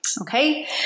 okay